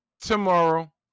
tomorrow